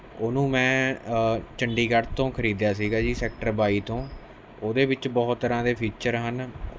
ਉਹਨੂੰ ਮੈਂ ਚੰਡੀਗੜ੍ਹ ਤੋਂ ਖਰੀਦਿਆ ਸੀਗਾ ਜੀ ਸੈਕਟਰ ਬਾਈ ਤੋਂ ਉਹਦੇ ਵਿੱਚ ਬਹੁਤ ਤਰ੍ਹਾਂ ਦੇ ਫੀਚਰ ਹਨ